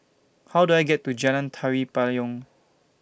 How Do I get to Jalan Tari Payong